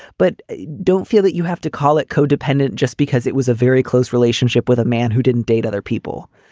but don't feel that you have to call it codependent just because it was a very close relationship with a man who didn't didn't date other people